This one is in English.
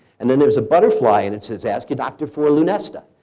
and then there's a butterfly and it says ask your doctor for lunesta.